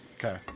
Okay